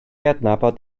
adnabod